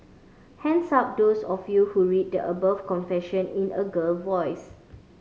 hands up those of you who read the above confession in a girl voice